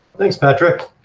thanks patrick.